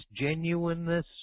genuineness